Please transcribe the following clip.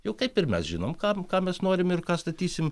juk kaip ir mes žinome ką ką mes norime ir ką statysime